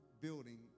building